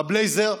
בבלייזר,